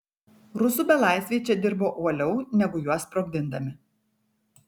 rusų belaisviai čia dirbo uoliau negu juos sprogdindami